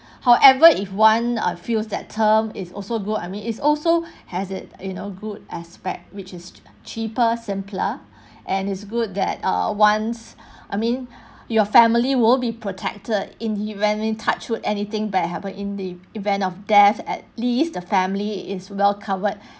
however if one uh feels that term is also good I mean it's also has it you know good aspect which is cheaper simpler and is good that err once I mean your family will be protected in the event I mean touch wood anything bad happen in the event of death at least the family is well covered